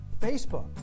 Facebook